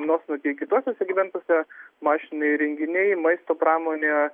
nuosmukiai kituose segmentuose mašiniai įrenginiai maisto pramonė